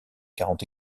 quarante